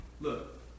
Look